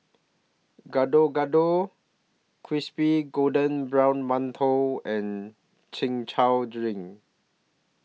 Gado Gado Crispy Golden Brown mantou and Chin Chow Drink